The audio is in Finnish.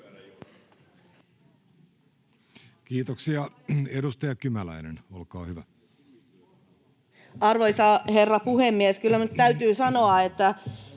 Kiitoksia. — Edustaja Kymäläinen, olkaa hyvä. Arvoisa herra puhemies! Kyllä minun nyt täytyy sanoa, että